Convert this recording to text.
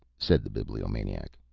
said the bibliomaniac.